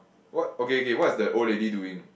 what okay okay what is the old lady doing